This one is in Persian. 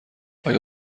آیا